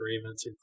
agreements